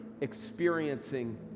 experiencing